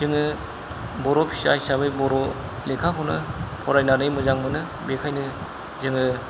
जोङो बर' फिसा हिसाबै बर' लेखाखौनो फरायनानै मोजां मोनो बेखायनो जोङो